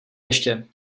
ještě